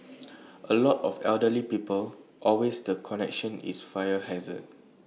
A lot of elderly people always the connection is fire hazard